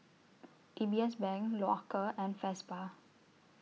D B S Bank Loacker and Vespa